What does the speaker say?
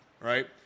right